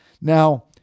Now